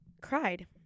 cried